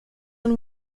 and